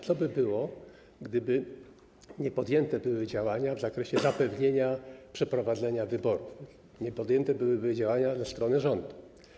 Co by było, gdyby niepodjęte były działania w zakresie zapewnienia przeprowadzenia wyborów, niepodjęte byłyby działania ze strony rządu?